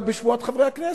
גם בשבועת חברי הכנסת: